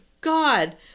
God